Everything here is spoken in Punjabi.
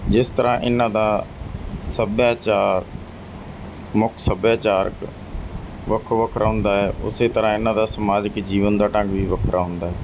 ਜਿਸ ਤਰ੍ਹਾਂ ਇਹਨਾਂ ਦਾ ਸੱਭਿਆਚਾਰ ਮੁੱਖ ਸੱਭਿਆਚਾਰਕ ਵੱਖੋ ਵੱਖਰਾ ਹੁੰਦਾ ਹੈ ਉਸੇ ਤਰ੍ਹਾਂ ਇਹਨਾਂ ਦਾ ਸਮਾਜਿਕ ਜੀਵਨ ਦਾ ਢੰਗ ਵੀ ਵੱਖਰਾ ਹੁੰਦਾ ਹੈ